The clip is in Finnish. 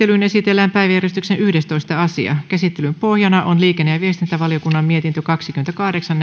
käsittelyyn esitellään päiväjärjestyksen yhdestoista asia käsittelyn pohjana on liikenne ja viestintävaliokunnan mietintö kaksikymmentäkahdeksan